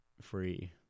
Free